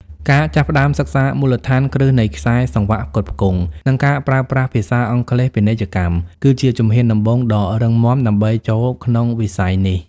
ការចាប់ផ្តើមសិក្សាមូលដ្ឋានគ្រឹះនៃខ្សែសង្វាក់ផ្គត់ផ្គង់ និងការប្រើប្រាស់ភាសាអង់គ្លេសពាណិជ្ជកម្ម គឺជាជំហានដំបូងដ៏រឹងមាំដើម្បីចូលក្នុងវិស័យនេះ។